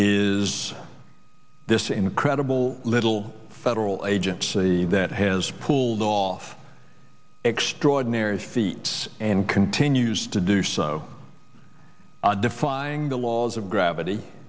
is this incredible little federal agency that has pulled off extraordinary feats and continues to do so defying the laws of gravity